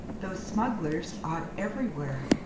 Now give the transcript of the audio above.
those smugglers are everywhere.